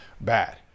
bad